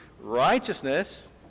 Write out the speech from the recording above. Righteousness